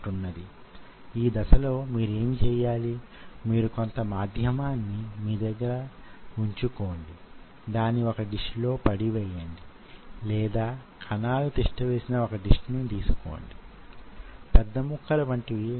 ఎలాంటి వంటే cell culture లో ఉపయోగపడే సాధనాల వంటివి